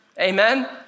Amen